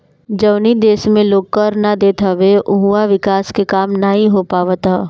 जवनी देस में लोग कर ना देत हवे उहवा विकास के काम नाइ हो पावत हअ